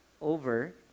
over